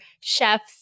Chefs